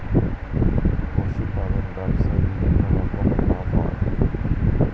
পশুপালন ব্যবসায় বিভিন্ন রকমের লাভ হয়